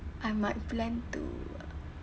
I might plan to ah